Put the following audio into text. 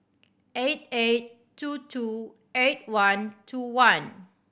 eight eight two two eight one two one